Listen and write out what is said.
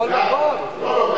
הכול נדון.